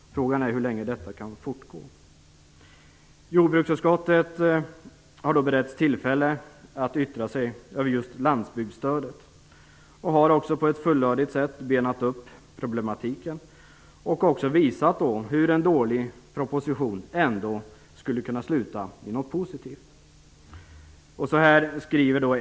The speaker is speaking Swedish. Frågan är hur länge detta kan fortgå. Jordbruksutskottet har beretts tillfälle att yttra sig över just landsbygdsstödet. Utskottet har på ett fullödigt sätt benat upp problematiken och visat hur en dålig proposition ändå skulle kunna sluta i något positivt.